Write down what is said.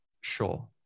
sure